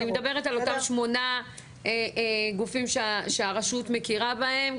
אני מדברת על אותם שמונה גופים שהרשות מכירה בהם,